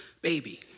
baby